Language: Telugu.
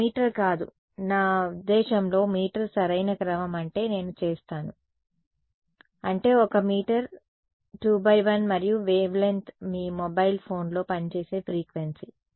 1 మీటర్ కాదు నా ఉద్దేశ్యంలో మీటర్ సరైన క్రమం అంటే నేను చేస్తాను అంటే 1 మీటర్ 2 x 1 మరియు వేవ్ లెంగ్త్ మీ మొబైల్ ఫోన్లో పని చేసే ఫ్రీక్వెన్సీ